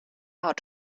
out